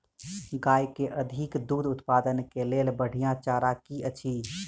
गाय केँ अधिक दुग्ध उत्पादन केँ लेल बढ़िया चारा की अछि?